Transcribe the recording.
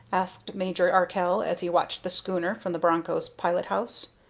asked major arkell as he watched the schooner from the broncho's pilot-house.